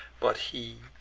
but he,